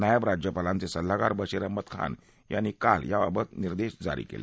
नायब राज्यपालांचे सल्लागार बशीर अहमद खान यांनी काल या बाबत निर्देश जारी केले